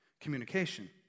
communication